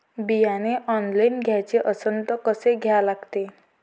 बियाने ऑनलाइन घ्याचे असन त कसं घ्या लागते?